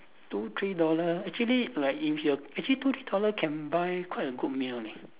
two three dollar actually like if you actually two three dollar can buy quite a good meal leh